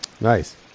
Nice